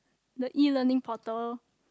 the E-learning portal